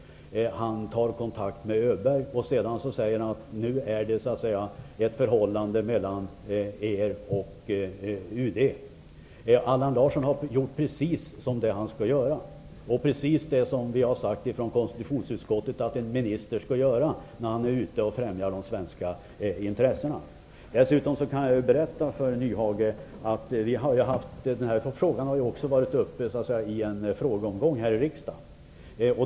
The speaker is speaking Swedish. Han tar kontakt med Öberg, och sedan säger han: Nu är det ett förhållande mellan er och UD. Allan Larsson har gjort precis det han skall göra och precis det som vi har sagt från konstitutionsutskottet att en minister skall göra när han är ute och främjar de svenska intressena. Dessutom kan jag berätta för Nyhage att den här frågan har varit uppe vid en frågeomgång i riksdagen.